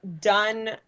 done